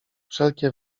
wszelkie